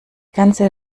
ganze